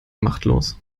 machtlos